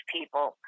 people